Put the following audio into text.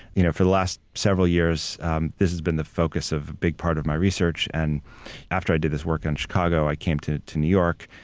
you know for the last several years this has been the focus of a big part of my research and after i did this work in chicago i came to to new york.